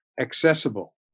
accessible